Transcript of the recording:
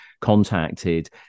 contacted